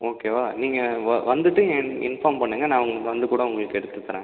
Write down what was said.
ஓகேவா நீங்கள் வ வந்துவிட்டு என் இன்ஃபார்ம் பண்ணுங்கள் நான் உங் வந்து கூட உங்களுக்கு எடுத்து தரேன்